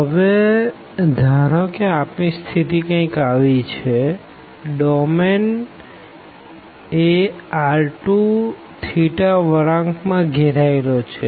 હવેધારો કે આપણી સ્થિતિ કઈંક આવી છેડોમેન એ r2θ વળાંક માં ઘેરાએલો છે